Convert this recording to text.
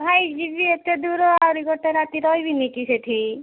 ଭାଇ ଯିବି ଏତେ ଦୂର ଆହୁରି ଗୋଟେ ରାତି ରହିବିନି କି ସେଠି